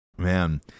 Man